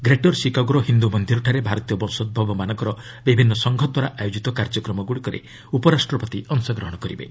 greater ଶିକାଗୋର ହିନ୍ଦୁ ମନ୍ଦିରଠାରେ ଭାରତୀୟ ବଂଶୋଭବମାନଙ୍କର ବିଭିନ୍ନ ସଂଘ ଦ୍ୱାରା ଆୟୋଜିତ କାର୍ଯ୍ୟକ୍ରମଗୁଡ଼ିକରେ ଉପରାଷ୍ଟ୍ରପତି ଅଂଶଗ୍ରହଣ କରିବେ